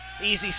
Easy